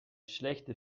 schlechte